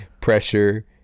Pressure